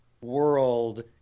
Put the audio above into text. world